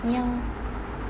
ya